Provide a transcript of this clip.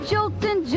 Jolton